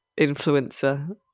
influencer